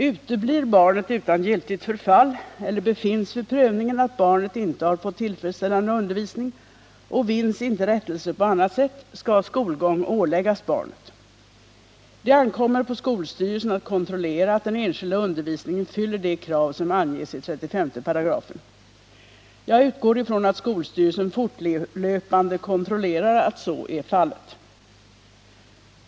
Uteblir barnet utan giltigt förfall eller befinns vid prövningen, att barnet inte har fått tillfredsställande undervisning, och vinns inte rättelse på annat sätt, skall skolgång åläggas barnet. Det ankommer på skolstyrelsen att kontrollera att den enskilda undervisningen fyller det krav som anges i 35 §. Jag utgår ifrån att skolstyrelsen fortlöpande kontrollerar att så är fallet.